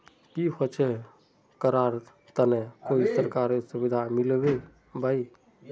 की होचे करार तने कोई सरकारी सुविधा मिलबे बाई?